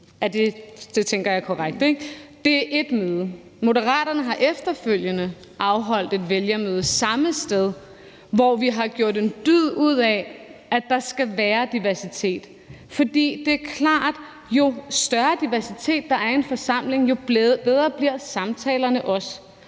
Det tænker jeg er korrekt, ikke? Det er ét møde. Moderaterne har efterfølgende afholdt et vælgermøde samme sted, hvor vi har gjort en dyd ud af, at der skal være diversitet. For det er klart, at jo større diversitet der er i en forsamling, jo bedre bliver samtalerne også.